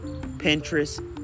Pinterest